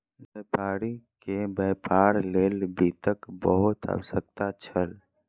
व्यापारी के व्यापार लेल वित्तक बहुत आवश्यकता छल